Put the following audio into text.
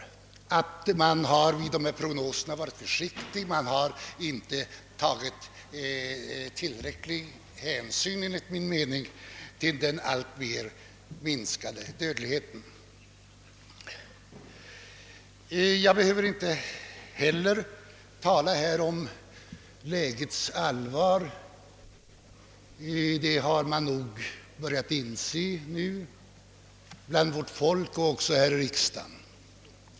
Enligt min mening har man vid uppgörandet av prognoserna varit för försiktig och inte tagit tillräcklig hänsyn till den alltmer minskade dödligheten. Inte heller behöver jag här tala om lägets allvår. Det har man nog börjat inse både ute bland folket och i riksdagen.